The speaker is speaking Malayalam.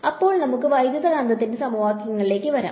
അപ്പോൾ നമുക്ക് വൈദ്യുതകാന്തികത്തിന്റെ സമവാക്യങ്ങളിലേക്ക് വരാം